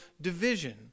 division